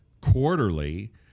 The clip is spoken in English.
quarterly